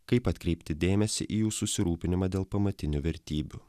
kaip atkreipti dėmesį į jų susirūpinimą dėl pamatinių vertybių